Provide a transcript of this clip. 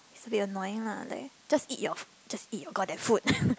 it's a bit annoying lah like just eat your fo~ just eat your god damn food